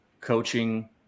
coaching